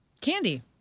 Candy